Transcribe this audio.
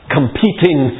Competing